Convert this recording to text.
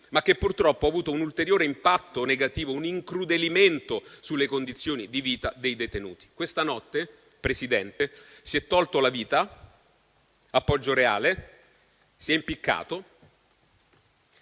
ma che purtroppo ha avuto un ulteriore impatto negativo, un incrudelimento sulle condizioni di vita dei detenuti. Questa notte, Presidente, a Poggioreale si è tolto